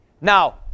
Now